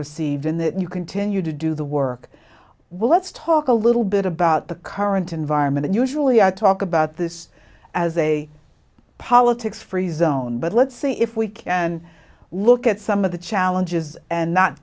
received in that you continue to do the work well let's talk a little bit about the current environment and usually i talk about this as a politics free zone but let's see if we can look at some of the challenges and not